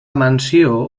mansió